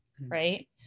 right